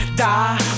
die